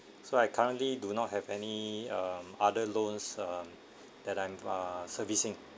so I currently do not have any um other loans uh that I'm uh servicing